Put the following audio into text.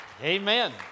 Amen